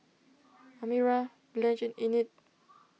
Amira Blanch and Enid